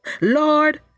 Lord